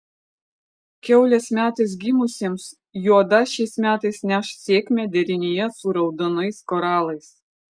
kiaulės metais gimusiems juoda šiais metais neš sėkmę derinyje su raudonais koralais